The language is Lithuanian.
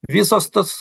visos tos